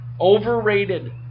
Overrated